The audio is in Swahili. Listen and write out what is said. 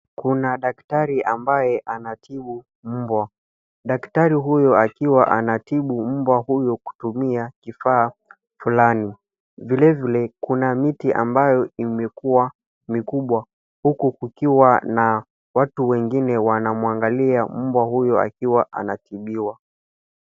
Kuna daktari ambaye anatibu mbwa. Daktari huyu akiwa anatibu mbwa huyu kutumia kifaa fulani. Vilevile kuna miti ambayo imekua mikubwa uku kukiwa na watu wengine wanamwangalia mbwa huyo akiwa anatibiwa.